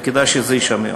וכדאי שזה יישמר.